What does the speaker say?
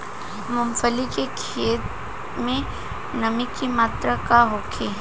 मूँगफली के खेत में नमी के मात्रा का होखे?